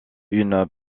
une